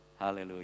Hallelujah